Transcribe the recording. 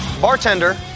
Bartender